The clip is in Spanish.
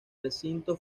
recinto